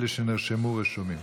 אלה שנרשמו, רשומים.